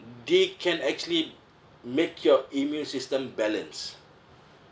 they can actually make your immune system balanced